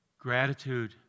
Gratitude